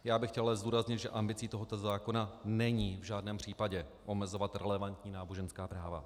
Já bych chtěl ale zdůraznit, že ambicí tohoto zákona není v žádném případě omezovat relevantní náboženská práva.